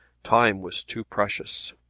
time was too precious.